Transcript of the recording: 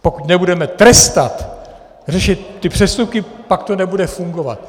Pokud nebudeme trestat, řešit ty přestupky, pak to nebude fungovat.